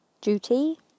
duty